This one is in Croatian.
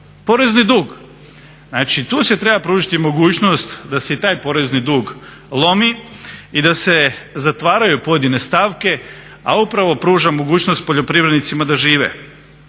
porezni dug. Znači tu se treba pružiti mogućnost da se i taj porezni dug lomi i da se zatvaraju pojedine stavke, a ovo upravo pruža mogućnost poljoprivrednicima da žive.